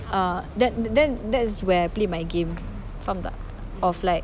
uh that that that that's where I play my game faham tak of like